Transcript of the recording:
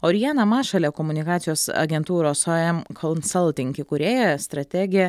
oriana mašalė komunikacijos agentūros o em konsalting įkūrėja strategė